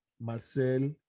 Marcel